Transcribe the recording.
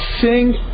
sing